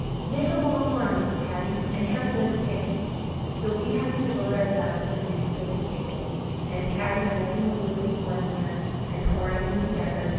make a long arm, miss patty, and hand them cakes so we had to devote ourselves to the duties of the table and patty, holding the lid with one hand and pouring with the other,